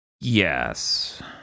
Yes